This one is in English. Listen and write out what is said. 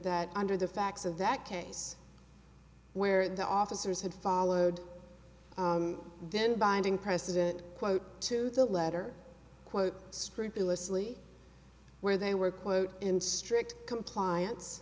that under the facts of that case where the officers had followed then binding precedent quote to the letter quote scrupulously where they were quote in strict compliance